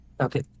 Okay